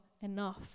enough